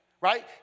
right